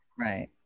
Right